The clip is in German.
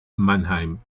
mannheim